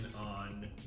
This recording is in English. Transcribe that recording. on